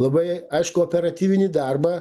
labai aiškų operatyvinį darbą